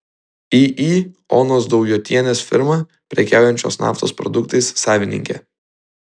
iį onos daujotienės firma prekiaujančios naftos produktais savininkė